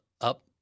up